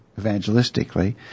evangelistically